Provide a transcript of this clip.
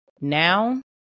now